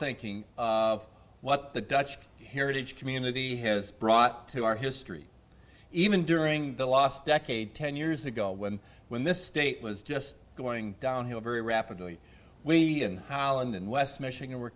thinking of what the dutch heritage community has brought to our history even during the last decade ten years ago when when this state was just going downhill very rapidly we in holland and west michigan were